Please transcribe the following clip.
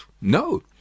no